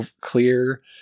clear